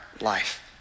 life